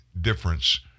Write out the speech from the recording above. difference